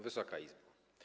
Wysoka Izbo!